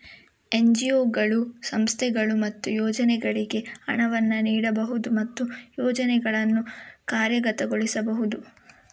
ಎನ್.ಜಿ.ಒಗಳು, ಸಂಸ್ಥೆಗಳು ಮತ್ತು ಯೋಜನೆಗಳಿಗೆ ಹಣವನ್ನು ನೀಡಬಹುದು ಮತ್ತು ಯೋಜನೆಗಳನ್ನು ಕಾರ್ಯಗತಗೊಳಿಸಬಹುದು